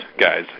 guys